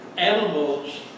Animals